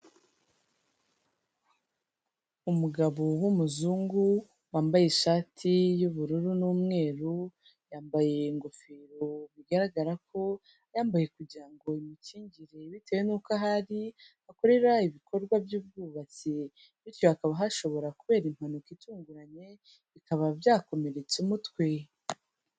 Umugabo w'umuzungu wambaye ishati y'ubururu n'umweru, yambaye ingofero bigaragara ko yambaye kugira ngo bimukingire bitewe nuko ahari akorera ibikorwa by'ubwubatsi, bityo hakaba hashobora kubera impanuka itunguranye bikaba byakomeretsa umutwe.